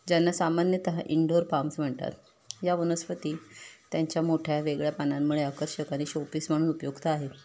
ज्यांना सामान्यतः indoor palms म्हणतात या वनस्पती त्यांच्या मोठ्या वेगळ्या पानांमुळे आकर्षक आणि शोपीस म्हणून उपयुक्त आहे